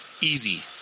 Easy